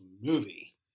movie